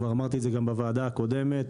גם אמרתי את זה בוועדה הקודמת,